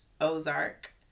Ozark